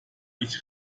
ich